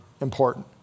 important